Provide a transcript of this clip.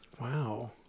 Wow